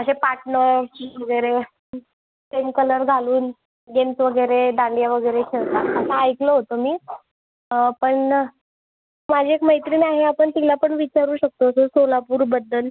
असे पाटनर वगैरे same colour घालून गेम्स वगैरे दांडिया वगैरे खेळतात असं ऐकलं होतं मी पण माझी एक मैत्रीण आहे आपण तिला पण विचारू शकतो तसं सोलापूरबद्दल